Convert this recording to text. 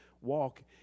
walk